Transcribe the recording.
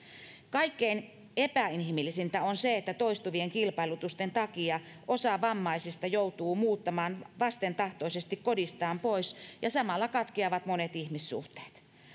kaikkein epäinhimillisintä on se että toistuvien kilpailutusten takia osa vammaisista joutuu muuttamaan vastentahtoisesti kodistaan pois ja samalla katkeavat monet ihmissuhteet